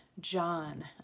John